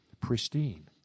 pristine